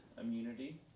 immunity